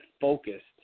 focused